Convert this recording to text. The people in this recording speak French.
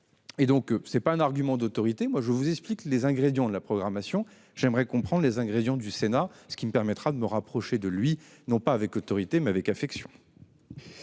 en rien derrière un argument d'autorité. Je vous expose les ingrédients de la programmation : j'aimerais comprendre ceux que retient le Sénat, ce qui me permettra de me rapprocher de lui, non pas avec autorité, mais avec affection.